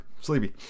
Sleepy